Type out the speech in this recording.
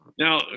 Now